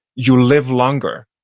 you live longer.